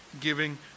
giving